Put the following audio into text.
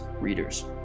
readers